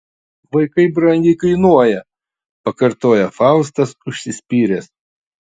vaikai brangiai kainuoja pakartoja faustas užsispyręs